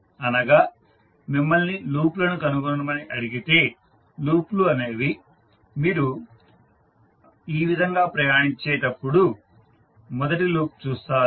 అనగా మిమ్మల్ని లూప్ లను కనుగొనమని అడిగితే లూప్ లు అనేవి మీరు ఈ విధంగా ప్రయాణించేటప్పుడు మొదటి లూప్ చూస్తారు